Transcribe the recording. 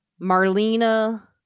Marlena